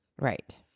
right